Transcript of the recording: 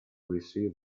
receive